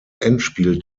endspiel